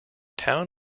town